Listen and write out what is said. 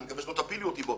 אני מקווה שלא תפילו אותי בו.